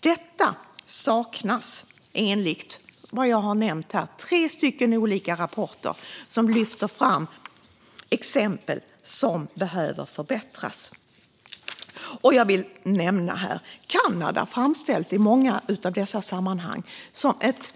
Detta saknas enligt tre stycken olika rapporter som jag nämnt här och som lyfter fram exempel på vad som behöver förbättras. I många av dessa sammanhang nämns Kanada som ett